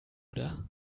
oder